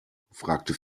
fragte